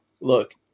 look